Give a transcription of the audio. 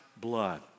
blood